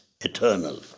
eternal